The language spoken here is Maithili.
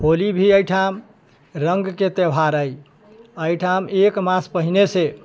होली भी एहिठाम रङ्गके त्यौहार अछि एहिठाम एक मास पहिनेसँ